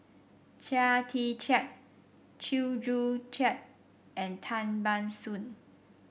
Chia Tee Chiak Chew Joo Chiat and Tan Ban Soon